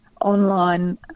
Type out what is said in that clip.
online